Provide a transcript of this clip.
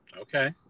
Okay